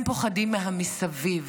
הם פוחדים ממה שמסביב.